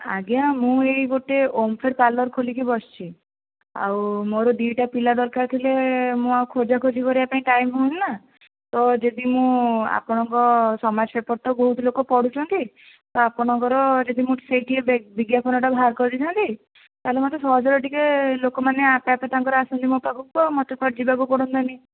ଆଜ୍ଞା ମୁଁ ଏହି ଗୁଟେ ଓମଫେଡ଼ ପାର୍ଲର ଖୋଲିକି ବସିଛି ଆଉ ମୋର ଆଉ ଦୁଇଟା ପିଲା ଦରକାର ଥିଲେ ମୁଁ ଆଉ ଖୋଜାଖୋଜି କରିବା ପାଇଁ ଟାଇମ୍ ହେଉନି ନା ତ ଯଦି ମୁଁ ଆପଣଙ୍କ ସମାଜ ପେପର୍ ତ ବହୁତ ଲୋକ ପଢ଼ୁଛନ୍ତି ତ ଆପଣଙ୍କର ଯଦି ସେହିଟି ଟିକିଏ ମୁଁ ବିଜ୍ଞାପନଟା ବାହାର କରିଦେଇଥାନ୍ତି ତାହେଲେ ମୋତେ ସହଜରେ ଟିକିଏ ଲୋକମାନେ ଆପେ ଆପେ ତାଙ୍କର ଆସିକି ମୋ ପାଖକୁ ମୋତେ ଆଉ କୁଆଡ଼େ ଯିବାକୁ ପଡ଼ନ୍ତା ନି